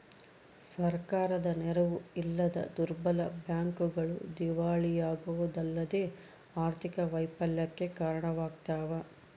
ಸರ್ಕಾರದ ನೆರವು ಇಲ್ಲದ ದುರ್ಬಲ ಬ್ಯಾಂಕ್ಗಳು ದಿವಾಳಿಯಾಗೋದಲ್ಲದೆ ಆರ್ಥಿಕ ವೈಫಲ್ಯಕ್ಕೆ ಕಾರಣವಾಗ್ತವ